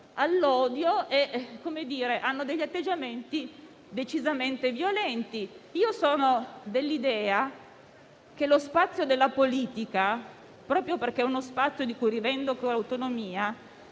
all'odio e hanno degli atteggiamenti decisamente violenti. Sono dell'idea che lo spazio della politica, proprio perché è uno spazio di cui rivendico l'autonomia,